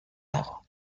dago